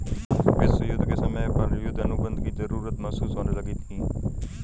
विश्व युद्ध के समय पर युद्ध अनुबंध की जरूरत महसूस होने लगी थी